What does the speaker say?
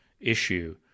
issue